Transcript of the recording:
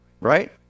Right